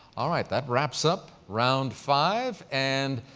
all right. that wraps up round five and